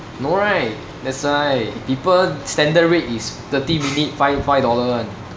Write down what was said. no right that's why people standard rate is thirty minute five five dollar [one]